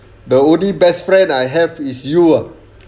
the only best friend I have is you ah